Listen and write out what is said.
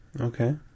Okay